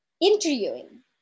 interviewing